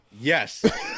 Yes